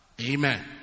Amen